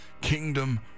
kingdom